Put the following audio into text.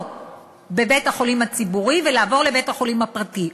בבית-החולים הציבורי ולעבור לבית-החולים הפרטי.